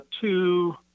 two